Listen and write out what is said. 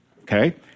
okay